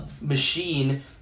machine